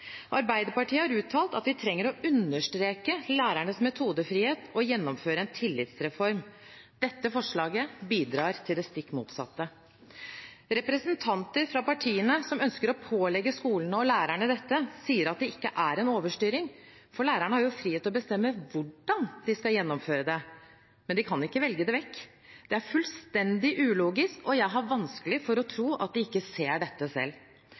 Arbeiderpartiet har uttalt at de trenger å understreke lærernes metodefrihet og gjennomføre en tillitsreform. Dette forslaget bidrar til det stikk motsatte. Representanter fra partiene som ønsker å pålegge skolene og lærerne dette, sier at det ikke er en overstyring, for lærerne har jo frihet til å bestemme hvordan de skal gjennomføre det. Men de kan ikke velge det vekk. Det er fullstendig ulogisk, og jeg har vanskelig for å tro at de ikke ser dette selv.